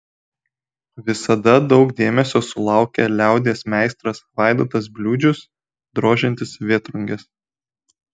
visada daug dėmesio sulaukia liaudies meistras vaidotas bliūdžius drožiantis vėtrunges